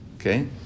okay